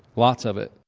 lots of it.